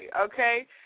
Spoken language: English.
okay